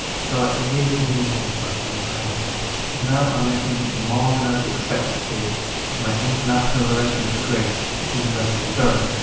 so it really, really is worth doing a side hustle because now i'm making more than i would be expected to with my international relations degree at the university of durham.